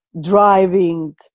driving